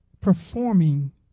performing